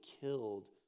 killed